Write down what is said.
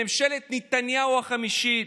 בשלומיאליות